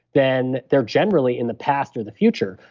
then they're generally in the past or the future.